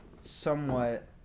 somewhat